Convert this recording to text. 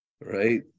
right